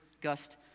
gust